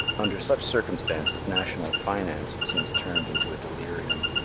under such circumstances national finance seems turned into a delirium.